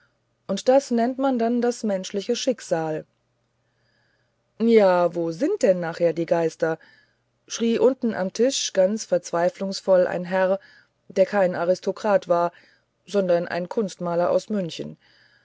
und das nennt man dann das menschliche schicksal ja wo sind denn aber nachher die geister schrie unten am tisch ganz verzweiflungsvoll ein herr der kein aristokrat war sondern ein kunstmaler aus münchen